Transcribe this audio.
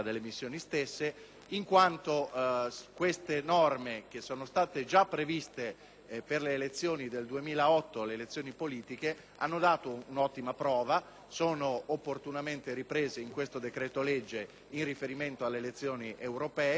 per le elezioni politiche del 2008, hanno dato un'ottima prova e sono dunque state opportunamente riprese in questo decreto-legge con riferimento alle elezioni europee, con qualche ulteriore miglioramento opportunamente evidenziato dal relatore.